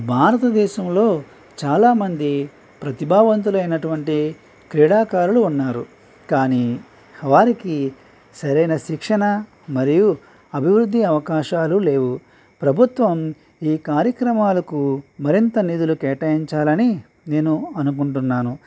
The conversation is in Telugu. భారతదేశంలో చాలామంది ప్రతిభావంతులు అయినటువంటి క్రీడాకారులు ఉన్నారు కానీ వారికి సరైన శిక్షణ మరియు అభివృద్ధి అవకాశాలు లేవు ప్రభుత్వం ఈ కార్యక్రమాలకు మరింత నిధులు కేటాయించాలని నేను అనుకుంటున్నాను